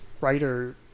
writer